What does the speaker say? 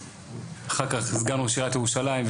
אחר כך סגן ראש עיריית ירושלים,